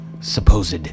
supposed